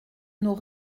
nos